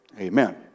Amen